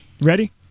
Ready